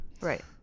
right